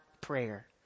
prayer